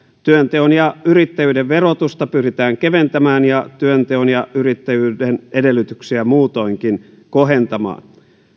työnteon ja yrittäjyyden verotusta pyritään keventämään ja työnteon ja yrittäjyyden edellytyksiä muutoinkin kohentamaan